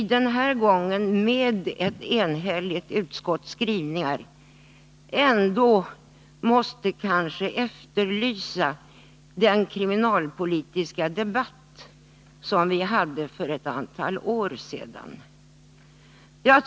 Den här gången måste vi kanske, trots utskottets enhälliga skrivningar, efterlysa en sådan kriminalpolitisk debatt som vi förde för ett antal år sedan.